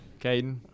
Caden